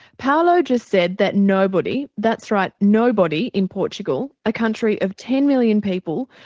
paulo just said that nobody, that's right nobody in portugal, a country of ten million people,